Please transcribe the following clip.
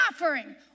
offering